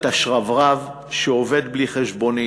את השרברב שעובד בלי חשבונית,